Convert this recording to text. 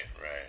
right